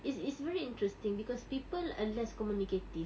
it's it's very interesting because people are less communicative